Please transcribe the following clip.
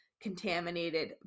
contaminated